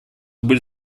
были